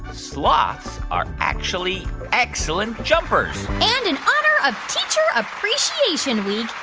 sloths are actually excellent jumpers? and in honor of teacher appreciation week,